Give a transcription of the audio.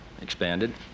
expanded